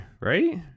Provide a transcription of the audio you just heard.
right